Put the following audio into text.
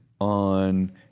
on